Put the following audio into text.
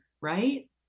right